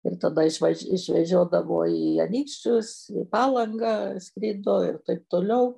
ir tada išvaž išvežiodavo į anykščius į palangą skrido ir taip toliau